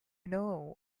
know